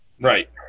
Right